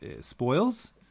spoils